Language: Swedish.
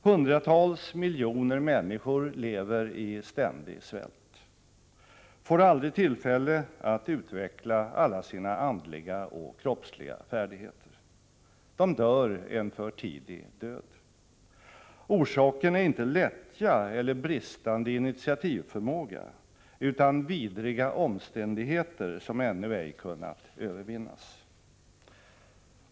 Hundratals miljoner människor lever i ständig svält, får aldrig tillfälle att utveckla alla sina andliga och kroppsliga färdigheter. De dör en för tidig död. Orsaken är inte lättja eller bristande initiativförmåga, utan vidriga omständigheter som ännu ej kunnat övervinnas.